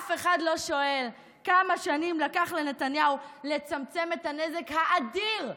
אף אחד לא שואל כמה שנים לקח לנתניהו לצמצם את הנזק האדיר,